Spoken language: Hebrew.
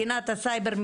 מדינת הסייבר,